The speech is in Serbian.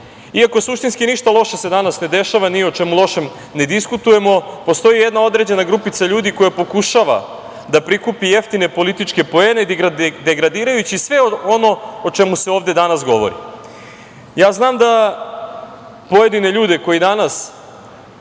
iako suštinski ništa loše se danas ne dešava, ni o čemu lošem ne diskutujemo, postoji jedna određena grupica ljudi koja pokušava da prikupi jeftine političke poene, degradirajući sve ono o čemu se ovde danas govori. Ja znam da pojedine ljude koji danas